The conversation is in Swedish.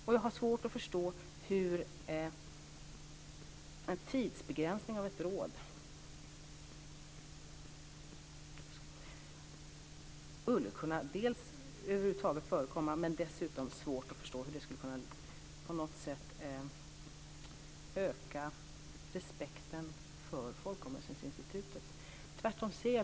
Jag har också svårt att förstå hur en tidsbegränsning av ett råd dels skulle kunna förekomma över huvud taget, dels skulle kunna öka respekten för folkomröstningsinstitutet på något sätt.